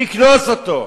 תקנוס אותו.